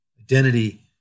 identity